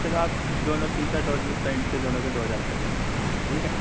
چلو آپ دونوں ٹی شرٹ اور پینٹ کے دونوں کے دو ہزار کر دینا ٹھیک ہے